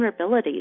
vulnerabilities